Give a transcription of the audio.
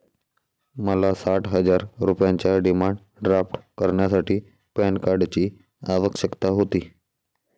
मला साठ हजार रुपयांचा डिमांड ड्राफ्ट करण्यासाठी पॅन कार्डची आवश्यकता होती